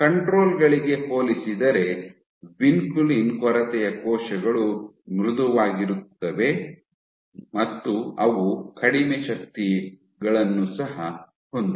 control ಗಳಿಗೆ ಹೋಲಿಸಿದರೆ vinculin ಕೊರತೆಯ ಕೋಶಗಳು ಮೃದುವಾಗಿರುತ್ತವೆ ಮತ್ತು ಅವು ಕಡಿಮೆ ಶಕ್ತಿಗಳನ್ನು ಸಹ ಹೊಂದಿವೆ